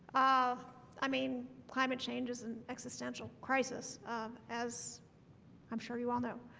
um i mean climate change is an existential crisis um as i'm sure you all know